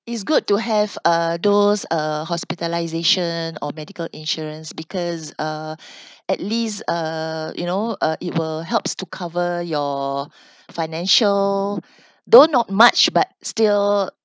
it's good to have uh those uh hospitalisation or medical insurance because uh at least uh you know uh it will helps to cover your financial though not much but still